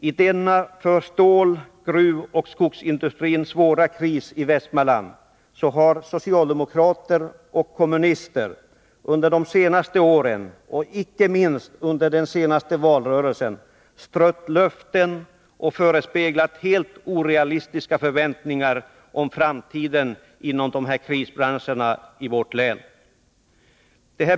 I denna för stål-, gruvoch skogsindustrin svåra kris i Västmanland har socialdemokrater och kommunister under de senaste åren och inte minst under den senaste valrörelsen strött ut löften, vilket skapat helt orealistiska förväntningar om framtiden inom de här krisbranscherna i vårt län.